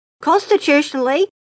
Constitutionally